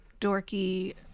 dorky